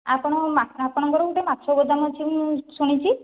ଆପଣ ମାଛ ଆପଣଙ୍କର ଗୋଟେ ମାଛ ଗୋଦାମ୍ ଅଛି ମୁଁ ଶୁଣିଛି